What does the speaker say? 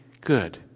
good